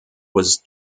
was